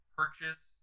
purchase